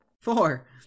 Four